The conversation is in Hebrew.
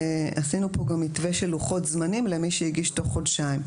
עשינו פה גם מתווה של לוחות זמנים למי שהגיש תוך חודשיים,